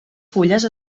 fulles